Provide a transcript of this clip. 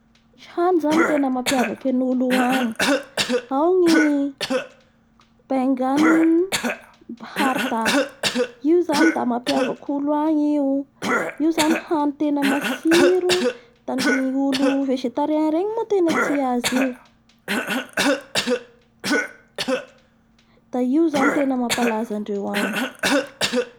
Misy hany zany tena mampiavaky an'olo io any, bengane bharata io zany da mampiavaky olo agny io; io zany hany tena matsiro da ny olo vezetarien reo moa tena tia azy io da io zany tena mamapalaza andreo agny.